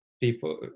people